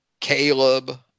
Caleb